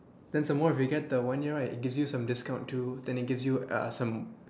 then some more if you get the one year right it gives you some discounts too then it gives you uh some